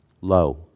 low